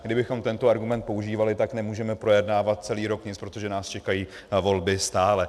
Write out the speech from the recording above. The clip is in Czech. Kdybychom tento argument používali, nemůžeme projednávat celý rok nic, protože nás čekají volby stále.